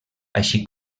així